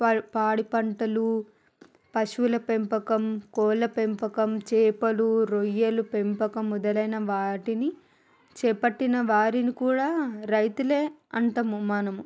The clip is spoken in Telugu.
పర పాడిపంటలు పశువుల పెంపకం కోళ్ళ పెంపకం చేపలు రొయ్యలు పెంపకం మొదలైన వాటిని చేపట్టిన వారిని కూడా రైతులే అంటాము మనము